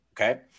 Okay